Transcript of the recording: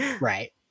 Right